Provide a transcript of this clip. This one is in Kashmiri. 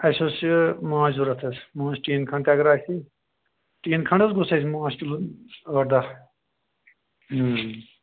اسہِ اوس یہِ مٲنٛچھ ضروٗرت حظ مٲنٛچھ ٹیٖن کھنٛڈ تہِ اَگر اسہِ ٹیٖن کھنٛڈ حظ گوٚژھ اسہِ مٲنٛچھ کِلوٗ ٲٹھ دَہ